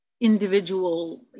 individual